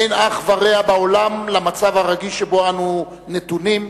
אין אח ורע בעולם למצב הרגיש שבו אנו נתונים,